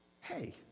hey